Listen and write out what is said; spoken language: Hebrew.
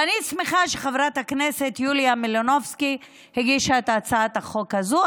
ואני שמחה שחברת הכנסת יוליה מלינובסקי הגישה את הצעת החוק הזו,